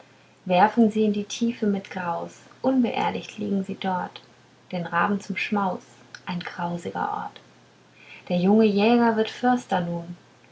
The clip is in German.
werfen sie in die tiefe mit graus unbeerdigt liegen sie dort den raben zum schmaus ein grausiger ort der junge jäger wird förster nun